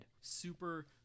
Super